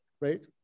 right